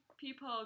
people